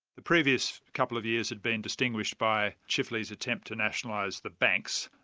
the previous couple of years had been distinguished by chifley's attempt to nationalise the banks,